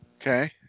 Okay